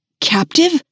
captive